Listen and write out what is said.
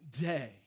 day